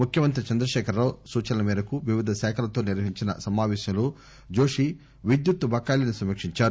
ముఖ్యమంత్రి చంద్రశేఖర రావు సూచనల మేరకు వివిధ శాఖలతో నిర్వహించిన సమాపేశంలో జోషి విద్యుత్ బకాయిలను సమీకించారు